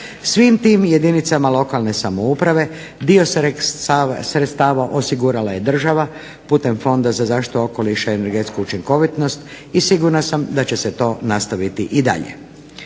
Svim tim jedinicama lokalne samouprave dio sredstava osigurala je država putem Fonda za zaštitu okoliša i energetsku učinkovitost i sigurna sam da će se to nastaviti i dalje.